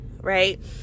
right